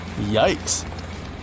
Yikes